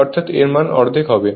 অর্থাৎ এর মান অর্ধেক হবে